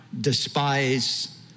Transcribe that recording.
despise